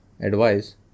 advice